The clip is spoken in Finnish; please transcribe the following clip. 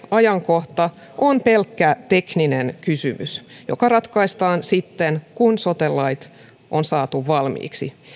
ajankohta on pelkkä tekninen kysymys joka ratkaistaan sitten kun sote lait on saatu valmiiksi